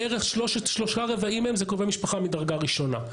בערך שלושה רבעים מהם זה קרובי משפחה מדרגה ראשונה,